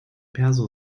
perso